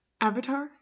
Avatar